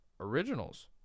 originals